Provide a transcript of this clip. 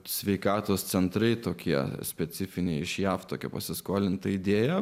sveikatos centrai tokie specifiniai iš jav tokia pasiskolinta idėja